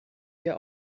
hier